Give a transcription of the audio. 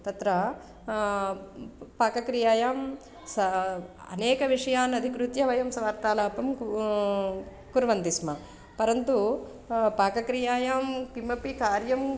तत्र पाकक्रियायां सा अनेकविषयान् अधिकृत्य वयं वार्तालापं कुर्वन्ति स्म परन्तु पाकक्रियायां किमपि कार्यम्